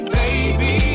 baby